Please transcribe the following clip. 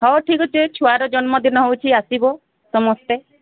ହଉ ଠିକ ଅଛି ଛୁଆର ଜନ୍ମଦିନ ହେଉଛିି ଆସିବ ସମସ୍ତେ